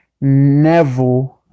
Neville